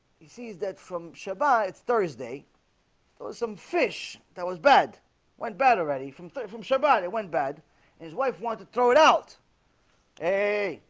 he sees that from shibai. it's thursday so some fish that was bad went bad already from from shabbat. it went bad his wife want to throw it out hey,